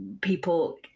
people